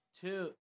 Two